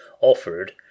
offered